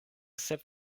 sep